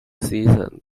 season